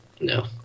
No